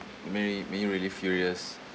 made you made you really furious